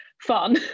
fun